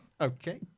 Okay